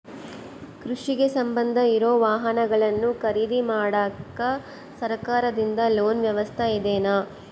ಕೃಷಿಗೆ ಸಂಬಂಧ ಇರೊ ವಾಹನಗಳನ್ನು ಖರೇದಿ ಮಾಡಾಕ ಸರಕಾರದಿಂದ ಲೋನ್ ವ್ಯವಸ್ಥೆ ಇದೆನಾ?